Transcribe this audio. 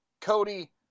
Cody